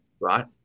right